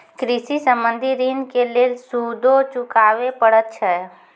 कृषि संबंधी ॠण के लेल सूदो चुकावे पड़त छै?